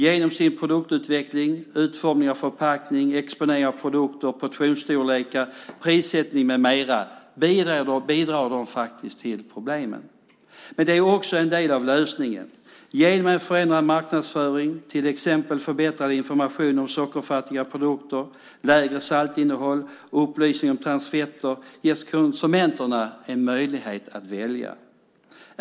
Genom sin produktutveckling, utformning av förpackningar, exponering av produkter, portionsstorlekar, prissättning med mera, bidrar de faktiskt till problemen. Men de är också en del av lösningen. Genom en förändrad marknadsföring, till exempel förbättrad information om sockerfattiga produkter, lägre saltinnehåll och upplysning om transfetter, ges konsumenterna en möjlighet att välja.